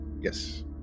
Yes